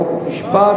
חוק ומשפט,